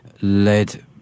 led